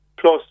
Plus